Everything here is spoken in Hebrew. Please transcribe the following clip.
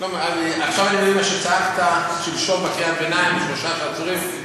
עכשיו אני מבין את מה שצעקת שלשום בקריאת הביניים על שלושת העצורים.